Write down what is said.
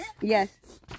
yes